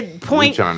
Point